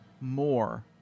more